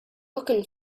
looking